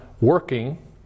working